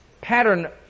pattern